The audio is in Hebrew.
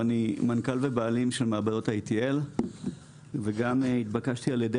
ואני מנכ"ל ובעלים של מעבדות ITL. התבקשתי על ידי